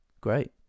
Great